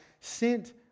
sent